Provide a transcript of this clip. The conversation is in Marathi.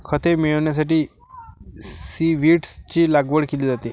खते मिळविण्यासाठी सीव्हीड्सची लागवड केली जाते